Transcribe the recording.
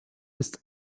ist